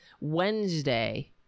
wednesday